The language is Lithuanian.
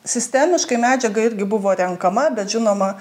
sistemiškai medžiaga irgi buvo renkama bet žinoma